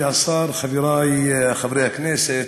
חברי חברי הכנסת,